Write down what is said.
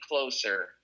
closer